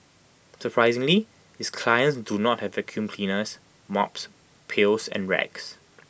surprisingly his clients do not have vacuum cleaners mops pails and rags